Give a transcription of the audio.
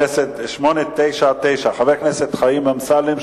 שאילתא 899 של חבר הכנסת חיים אמסלם,